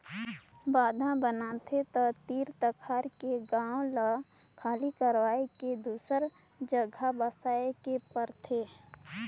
बांधा बनाथे त तीर तखार के गांव ल खाली करवाये के दूसर जघा बसाए के परथे